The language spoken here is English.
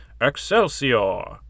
Excelsior